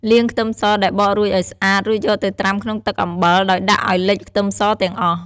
លាងខ្ទឹមសដែលបករួចឱ្យស្អាត រួចយកទៅត្រាំក្នុងទឹកអំបិល ដោយដាក់ឱ្យលិចខ្ទឹមសទាំងអស់។